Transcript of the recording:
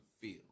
feel